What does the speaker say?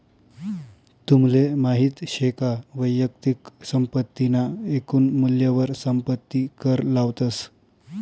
तुमले माहित शे का वैयक्तिक संपत्ती ना एकून मूल्यवर संपत्ती कर लावतस